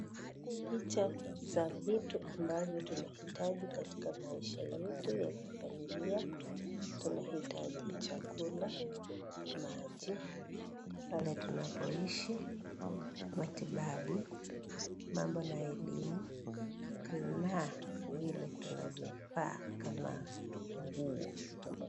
Picha za vitu ambavyo tunahitaji Katika maaisha yetu ya kifamilia, tunahitaji; chakula, maji pale tunapoishi, matibabu, mambo na elimu na Ile tunavyovaa kama nguo.